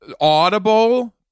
audible